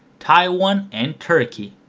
taiwan and turkey.